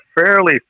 fairly